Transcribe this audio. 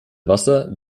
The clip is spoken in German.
wasser